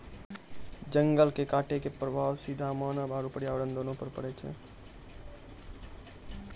जंगल के कटाइ के सीधा प्रभाव मानव आरू पर्यावरण दूनू पर पड़ै छै